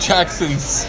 Jackson's